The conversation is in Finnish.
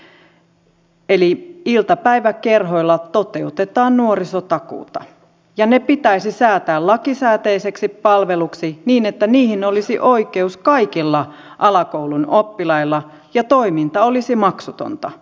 eli iltapäiväkerhoilla toteutetaan nuorisotakuuta ja ne pitäisi säätää lakisääteiseksi palveluksi niin että niihin olisi oikeus kaikilla alakoulun oppilailla ja toiminta olisi maksutonta